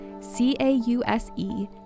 C-A-U-S-E